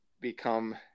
become